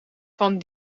van